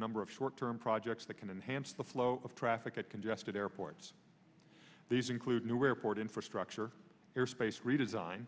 number of short term projects that can enhance the flow of traffic at congested airports these include new airport infrastructure airspace redesign